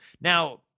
Now